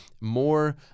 more